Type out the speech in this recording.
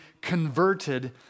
converted